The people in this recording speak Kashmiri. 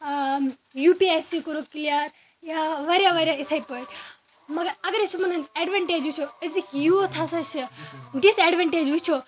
آ یو پی ایٚس سی کوٛرُکھ کٕلِیَر یا واریاہ واریاہ یِتھے پٲٹھۍ مَگر اگر أسۍ یِمَن ہنٛدۍ ایڑوانٹیج وُچھو أزِکۍ یوٗتھ ہَسا چھِ ڈِسایڈوانٹیج وُچھو